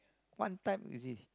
one time is it